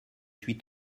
suis